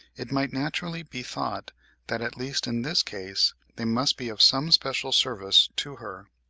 it might naturally be thought that, at least in this case, they must be of some special service to her.